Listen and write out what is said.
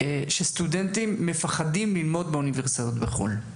תלמידים יהודים מפחדים ללמוד במוסדות בחו"ל.